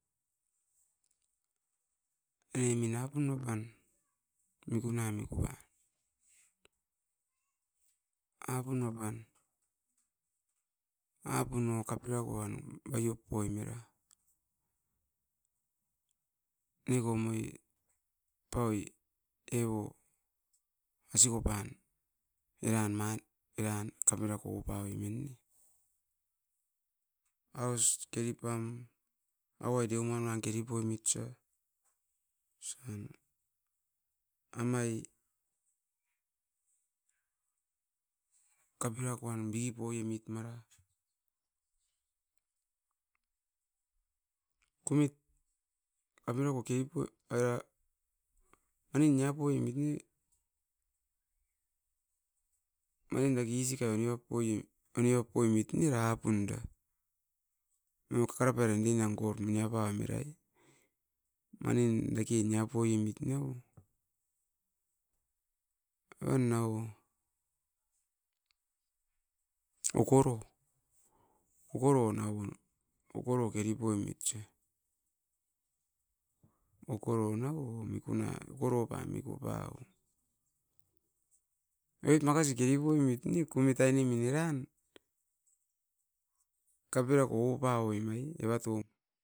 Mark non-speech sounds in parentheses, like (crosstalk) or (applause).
Aine min apun apan mikuna mikuan, apun apan apun o kape rakoan babiop poim era neko moi paui eivo askopan eran kaperako oupauoim ne, aus keki pam aui deli manuan keri poi mit osa amai kaperakoan bipoiemit mara. Kumit era manin nia poi emit era isikai onivap pai emit ne era apun era. Moino kaka rapai ran era tauaran gold nia popenit era, evan nau o (noise) okoro. Okoro nauo, okoro neri pomit osa okoro nau o okoro miku pauom oit makasi keri poi mit ne kumit makasi aine eran kaperako oupa woim era toum.